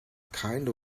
kind